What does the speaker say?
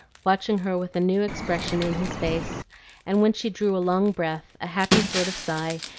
watching her with a new expression in his face and when she drew a long breath, a happy sort of sigh,